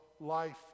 life